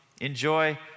enjoy